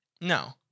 No